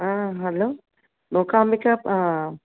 ఆ హలో నూకాంబికా ఆ